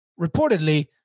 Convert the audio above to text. reportedly